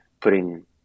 putting